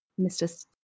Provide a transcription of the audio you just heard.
Mr